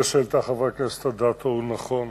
הנושא שהעלתה חברת הכנסת אדטו הוא נכון.